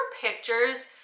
pictures